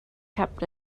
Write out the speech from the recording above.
kept